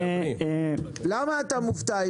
למה אתה מופתע?